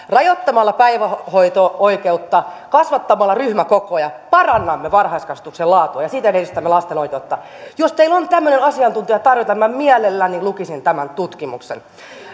rajoittamalla päivähoito oikeutta kasvattamalla ryhmäkokoja parannamme varhaiskasvatuksen laatua ja sillä edistämme lasten oikeutta jos teillä on tämmöinen asiantuntija tarjota minä mielelläni lukisin tämän tutkimuksen